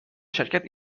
شرکت